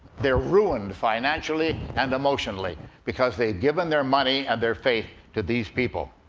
they're ruined financially and emotionally because they've given their money and their faith to these people.